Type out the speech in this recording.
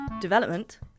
development